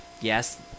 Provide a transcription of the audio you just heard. Yes